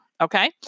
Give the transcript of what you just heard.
okay